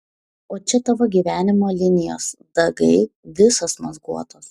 o čia tavo gyvenimo linijos dagai visos mazguotos